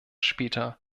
später